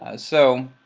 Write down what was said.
ah so